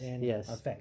yes